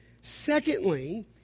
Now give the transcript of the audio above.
Secondly